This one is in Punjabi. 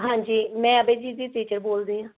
ਹਾਂਜੀ ਮੈਂ ਅਭੈਜੀਤ ਦੀ ਟੀਚਰ ਬੋਲਦੀ ਹਾਂ